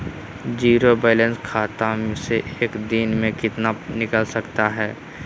Zero balance खाता से एक दिन में कितना निकाल सको है?